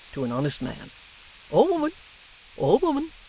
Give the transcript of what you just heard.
to an honest man or woman or woman